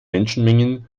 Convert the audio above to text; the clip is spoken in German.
menschenmengen